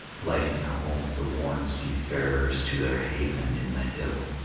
lighting home the worn seafarers to their haven in the hill.